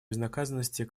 безнаказанности